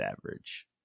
average